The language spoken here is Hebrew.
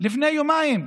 לפני יומיים,